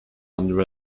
under